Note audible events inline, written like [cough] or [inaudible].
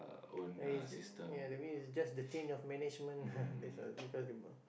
[noise] is ya maybe it's just the change of management [laughs] that's all